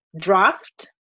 draft